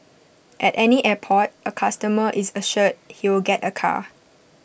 at any airport A customer is assured he will get A car